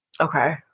Okay